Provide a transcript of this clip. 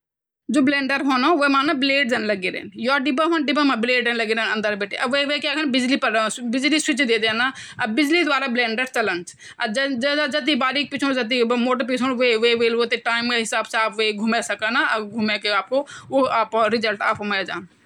दरअसल, टोस्टर..जब भी आप टोस्टर मां ब्रेड डालदन तेते मूड़ी करदन जब, जब ब्रेड मूड़ी चलि जंदि, त तो मूड़ी एक क्वॉयल रौंदि लग्यीं। क्वॉयल मतलब एक स्प्रिंग जनसि, जो भौत गरम ह्वे जंदि, ज्वो आप हीटर मां भि द्योखदन क्वॉयल। त तमण्ये क्वॉयल रौंदि तेसे क्या ह्वंद भौत ज्यादा गर्मी पैदा ह्वंदि अर गर्मी पैदा ह्वंदि ही ज्वो ब्रेडे मत्थि वलि सतह रौंदि ना, स्या काली पड़ि जंदि। जलि जंदि एक तरीका से। बस ये ही सिस्टम पर काम करद टोस्टर और क्वे येमा बड़ू सिस्टम नी चि।